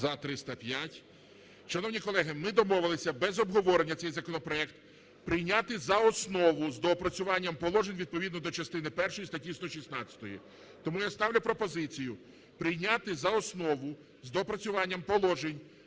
За-305 Шановні колеги, ми домовилися без обговорення цей законопроект прийняти за основу з доопрацюванням положень відповідно до частини першої статті 116. Тому я ставлю пропозицію прийняти за основу з доопрацюванням положень